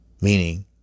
Meaning